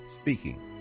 speaking